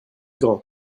grand